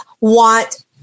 want